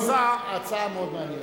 הצעה מאוד מעניינת.